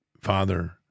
father